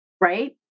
right